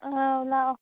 ꯑꯥꯎ ꯂꯥꯛꯑꯣ